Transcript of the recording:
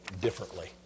differently